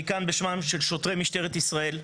אני כאן בשמם של שוטרי משטרת ישראל,